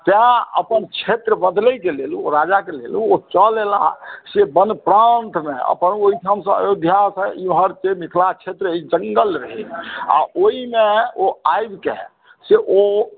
तैं अपन क्षेत्र बदलै के लेल ओ राजाक लेल ओ चल एलाह से वन प्रान्तमे अपन ओ ओहिठाम सॅं अयोध्या सॅं एम्हर से मिथिला क्षेत्र जंगल रहै आ ओहिमे ओ आबि कय से ओ